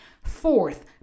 Fourth